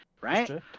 right